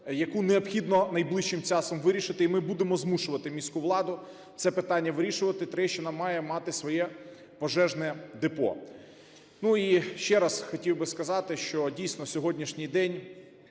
яку необхідно найближчим часом вирішити. І ми будемо змушувати міську владу це питання вирішувати. Троєщина має мати своє пожежне депо. Ну і ще раз хотів би сказати, що, дійсно, сьогоднішній день